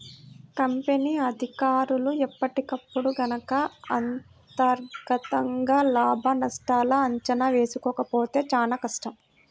company అధికారులు ఎప్పటికప్పుడు గనక అంతర్గతంగా లాభనష్టాల అంచనా వేసుకోకపోతే చానా కష్టం